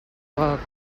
coca